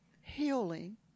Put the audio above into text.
healing